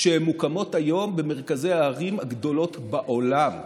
שהן מוקמות היום במרכזי הערים הגדולות בעולם.